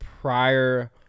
Prior